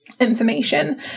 information